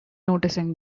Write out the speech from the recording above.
noticing